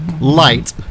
Light